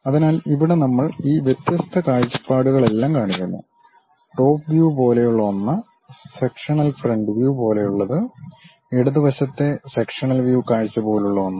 അതിനാൽ ഇവിടെ നമ്മൾ ഈ വ്യത്യസ്ത കാഴ്ചപ്പാടുകളെല്ലാം കാണിക്കുന്നു ടോപ്പ് വ്യൂ പോലുള്ള ഒന്ന് sectional front view sectional front view പോലുള്ളത് ഇടത് വശത്തെ സെക്ഷണൽ വ്യൂ കാഴ്ച പോലുള്ള ഒന്ന്